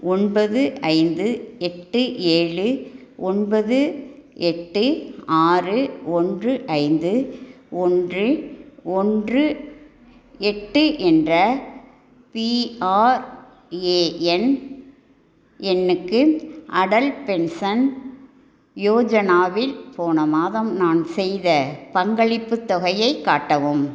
ஒன்பது ஐந்து எட்டு ஏழு ஒன்பது எட்டு ஆறு ஒன்று ஐந்து ஒன்று ஒன்று எட்டு என்ற பிஆர்ஏஎன் எண்ணுக்கு அடல் பென்ஷன் யோஜனாவில் போன மாதம் நான் செய்த பங்களிப்புத் தொகையைக் காட்டவும்